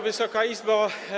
Wysoka Izbo!